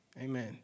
Amen